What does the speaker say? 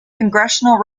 congressional